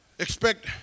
expect